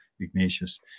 Ignatius